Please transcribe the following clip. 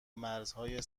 مرزهای